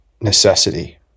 necessity